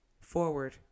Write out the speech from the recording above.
forward